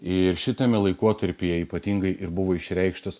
ir šitame laikotarpyje ypatingai ir buvo išreikštas